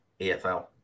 EFL